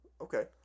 Okay